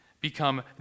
become